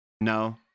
no